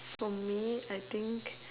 for me I think